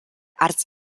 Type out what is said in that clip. hartz